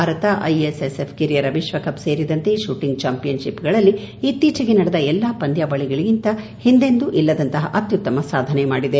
ಭಾರತಮ ಕಿರಿಯರ ವಿಶ್ವಕಪ್ ಸೇರಿದಂತೆ ಶೂಟಿಂಗ್ ಚಾಂಪಿನ್ಶಿಫ್ ಗಳಲ್ಲಿ ಇತ್ತೀಚೆಗೆ ನಡೆದ ಎಲ್ಲಾ ಪಂದ್ಲಾವಳಿಗಳಿಗಿಂತ ಹಿಂದೆಂದೂ ಇಲ್ಲದಂತಹ ಅತ್ಲುತ್ತಮ ಸಾಧನೆ ಮಾಡಿದೆ